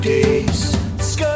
Days